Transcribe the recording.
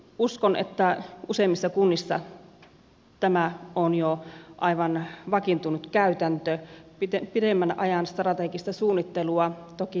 uskon että useimmissa kunnissa tämä on jo aivan vakiintunut käytäntö pitemmän ajan strategista suunnittelua toki tehdään